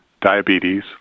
diabetes